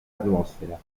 atmósfera